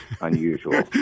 unusual